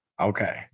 okay